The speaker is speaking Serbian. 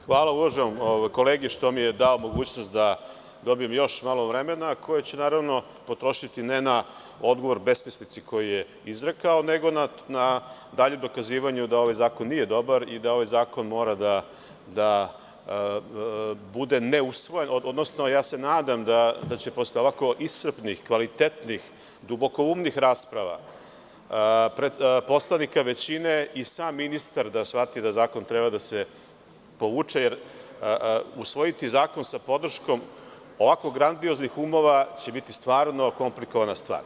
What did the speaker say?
Hvala uvaženom kolegi što mi je dao mogućnost da dobijem još malo vremena koje ću naravno potrošiti, ne na odgovor besmislici koju je izrekao, nego na daljem dokazivanju da ovaj zakon nije dobar i da ovaj zakon mora da bude ne usvojen, odnosno ja se nadam da će posle ovako iscrpnih, kvalitetnih, dubokoumnih rasprava poslanika većine i sam ministar da shvati da zakon treba da se povuče, jer usvojiti zakon sa podrškom ovakvo grandioznih umova će biti stvarno komplikovana stvar.